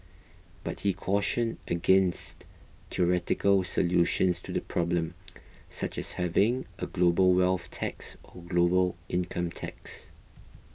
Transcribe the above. but he cautioned against theoretical solutions to the problem such as having a global wealth tax or global income tax